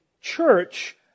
church